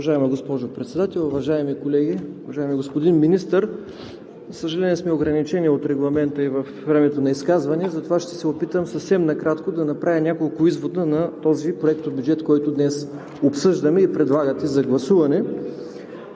Уважаема госпожо Председател, уважаеми колеги, уважаеми господин Министър! За съжаление, сме ограничени от регламента и във времето за изказване, затова ще се опитам съвсем накратко да направя няколко извода на този проектобюджет, който днес обсъждаме и предлагате за гласуване.